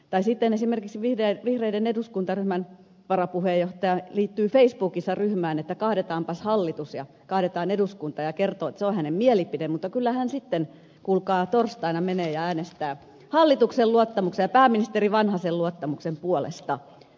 tai sitten esimerkiksi vihreiden eduskuntaryhmän varapuheenjohtaja liittyy facebookissa ryhmään sitä varten että kaadetaanpas hallitus ja kaadetaan eduskunta ja kertoo että se on hänen mielipiteensä mutta kyllä hän sitten kuulkaa torstaina menee ja äänestää hallituksen luottamuksen ja pääministeri vanhasen luottamuksen puolesta